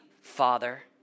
Father